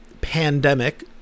pandemic